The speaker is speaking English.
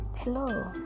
Hello